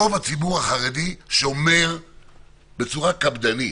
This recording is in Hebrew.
רוב הציבור החרדי שומר בצורה קפדנית.